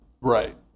Right